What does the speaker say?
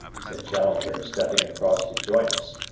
said challenger, stepping across to join us.